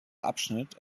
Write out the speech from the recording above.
abschnitt